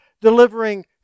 delivering